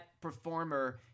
performer